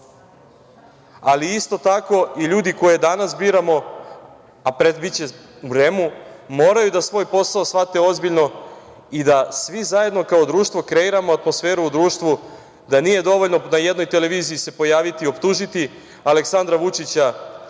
oni. Isto tako, i ljudi koje danas biramo, a biće u REM-u, moraju da svoj posao shvate ozbiljno i da svi zajedno kao društvo kreiramo atmosferu u društvu da nije dovoljno na jednoj televiziji se pojaviti, optužiti Aleksandra Vučića